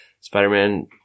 spider-man